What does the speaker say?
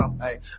hey